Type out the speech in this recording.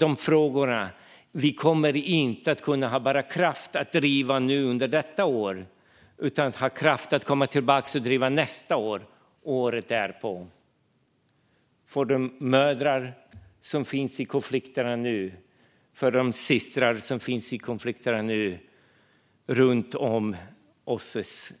De frågor vi inte kommer att ha kraft att driva nu under detta år hoppas jag att vi kommer att ha kraft att komma tillbaka och driva nästa år och året därpå, för de mödrar som finns i konflikterna nu och för de systrar som finns i konflikterna nu, runt om i OSSE:s